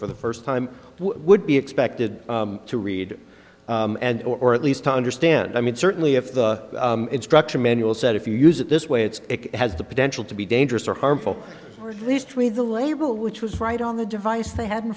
for the first time would be expected to read and or at least understand i mean certainly if the instruction manual said if you use it this way it's it has the potential to be dangerous or harmful or exist with the label which was right on the device they had in